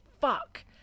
fuck